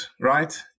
Right